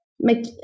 Make